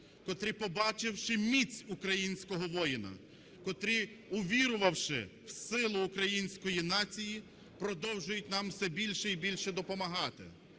котрі побачивши міць українського воїна, котрі увірувавши в силу української нації продовжують нам все більше і більше допомагати.